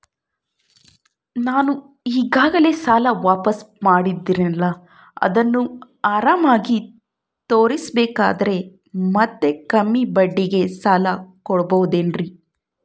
ನಾನು ಈಗಾಗಲೇ ಸಾಲ ವಾಪಾಸ್ಸು ಮಾಡಿನಲ್ರಿ ಅದನ್ನು ಆರಾಮಾಗಿ ತೇರಿಸಬೇಕಂದರೆ ಮತ್ತ ಕಮ್ಮಿ ಬಡ್ಡಿಗೆ ಸಾಲ ತಗೋಬಹುದೇನ್ರಿ?